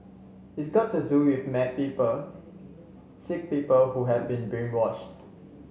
it's got to do with mad people sick people who have been brainwashed